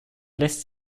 lässt